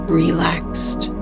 relaxed